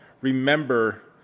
remember